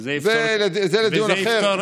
וזה יפתור את, זה לדיון אחר.